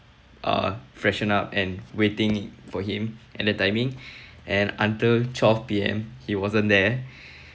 uh freshened up and waiting for him and the timing and until twelve P_M he wasn't there